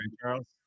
Charles